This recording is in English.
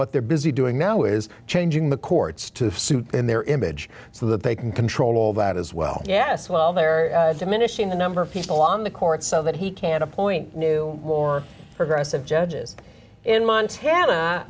what they're busy doing now is changing the courts to suit their image so that they can control that as well yes well they are diminishing the number of people on the court so that he can appoint new more progressive judges in montana